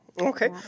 Okay